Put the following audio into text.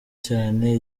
cyane